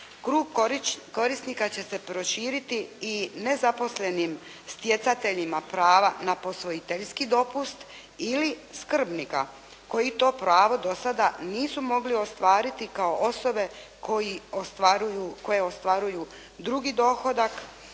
Krug korisnika će se proširiti i nezaposlenim stjecateljima prava na posvojiteljski dopust ili skrbnika koji to pravo do sada nisu mogli ostvariti kao osobe koje ostvaruju drugi dohodak,